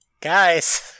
Guys